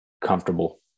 comfortable